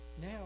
now